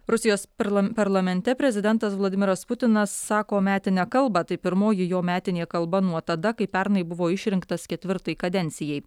rusijos parla parlamente prezidentas vladimiras putinas sako metinę kalbą tai pirmoji jo metinė kalba nuo tada kai pernai buvo išrinktas ketvirtai kadencijai